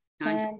nice